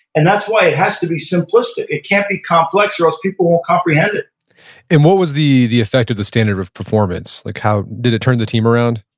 and that's why it has to be simplistic. it can't be complex or else people won't comprehend it and what was the the effect of the standard of performance? like did it turn the team around?